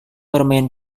bermain